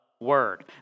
word